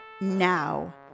now